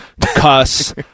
cuss